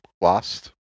Lost